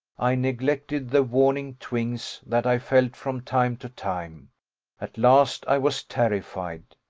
i neglected the warning twinges that i felt from time to time at last i was terrified.